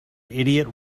idiot